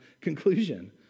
conclusion